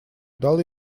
дал